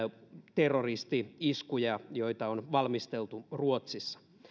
terroristi iskuja joita on valmisteltu ruotsissa